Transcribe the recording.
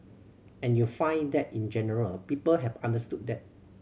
and you find that in general people have understood that